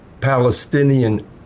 Palestinian